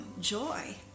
joy